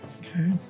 Okay